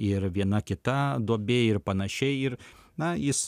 ir viena kita duobė ir panašiai ir na jis